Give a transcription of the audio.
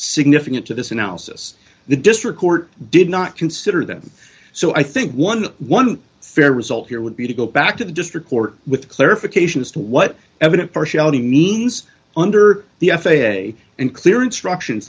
significant to this analysis the district court did not consider them so i think eleven dollars fair result here would be to go back to the district court with clarification as to what evidence partiality means under the f a a and clear instructions